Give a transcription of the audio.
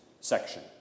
section